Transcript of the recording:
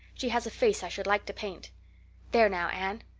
she has a face i should like to paint there now, anne.